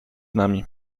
nami